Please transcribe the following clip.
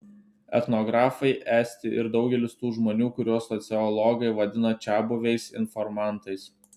etnografai esti ir daugelis tų žmonių kuriuos sociologai vadina čiabuviais informantais